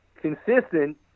consistent